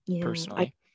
personally